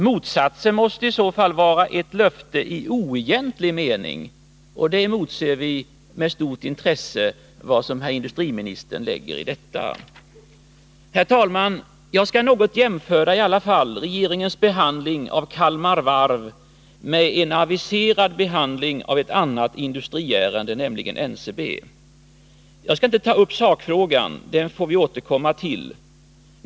Motsatsen måste vara ett löfte i oegentlig mening. Vi motser med stort intresse en redogörelse för vad industriministern lägger in i detta uttryck. Herr talman! Jag skall något jämföra regeringens behandling av Kalmar Varv-ärendet med en aviserad behandling av ett annat industriärende, nämligen NCB. Jag skall inte ta upp sakfrågan — den får vi återkomma till.